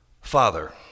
father